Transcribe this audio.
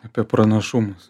apie pranašumus